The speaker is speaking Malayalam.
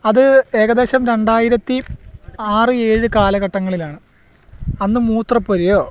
അത് ഏകദേശം രണ്ടായിരത്തി ആറ് ഏഴ് കാലഘട്ടങ്ങളിലാണ് അന്ന് മൂത്രപ്പുരയോ